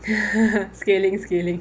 scaling scaling